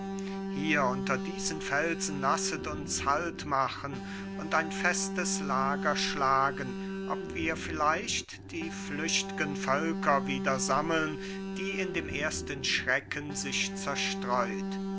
hier unter diesen felsen lasset uns haltmachen und ein festes lager schlagen ob wir vielleicht die flüchtgen völker wieder sammeln die in dem ersten schrecken sich zerstreut